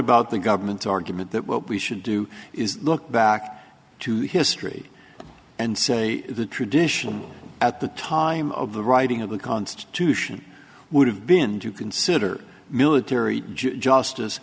about the government's argument that what we should do is look back to history and say the tradition at the time of the writing of the constitution would have been to consider military just